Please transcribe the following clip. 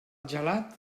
gelat